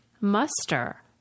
muster